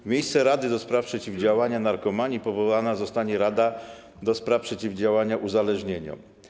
W miejsce Rady do Spraw Przeciwdziałania Narkomanii powołana zostanie Rada do spraw Przeciwdziałania Uzależnieniom.